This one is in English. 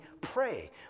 pray